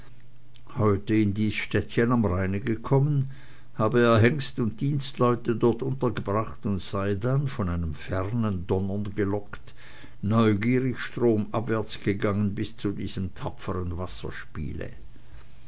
heute in dies städtchen am rheine gekommen habe er hengst und dienstleute dort untergebracht und sei dann von einem fernen donnern gelockt neugierig stromabwärts gegangen bis zu diesem tapfern wasserspiele